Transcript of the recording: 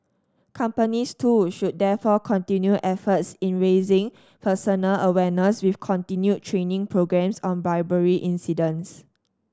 companies too should therefore continue efforts in raising personal awareness with continued training programmes on bribery incidents